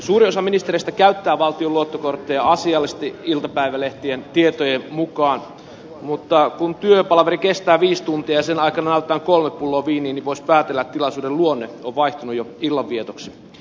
suurin osa ministereistä käyttää valtion luottokortteja asiallisesti iltapäivälehtien tietojen mukaan mutta kun työpalaveri kestää viisi tuntia ja sen aikana nautitaan kolme pulloa viiniä niin voisi päätellä että tilaisuuden luonne on vaihtunut jo illanvietoksi